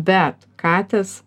bet katės